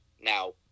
now